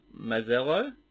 Mazzello